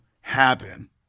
happen